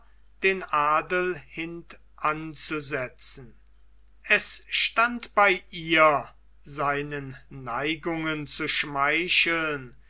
den adel hintanzusetzen es stand bei ihr seinen neigungen zu schmeicheln